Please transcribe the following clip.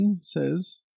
says